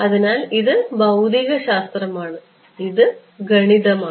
അതിനാൽ ഇത് ഭൌതികശാസ്ത്രമാണ് ഇത് ഗണിതമാണ്